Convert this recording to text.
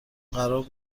قرار